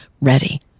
ready